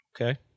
Okay